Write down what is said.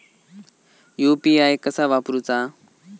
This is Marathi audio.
यू.पी.आय कसा वापरूचा?